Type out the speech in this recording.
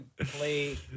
play